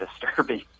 disturbing